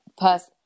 person